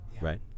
right